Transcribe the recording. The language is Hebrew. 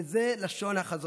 וזו לשון החזון: